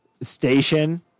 station